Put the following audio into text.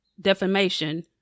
defamation